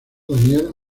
daniel